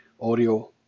Audio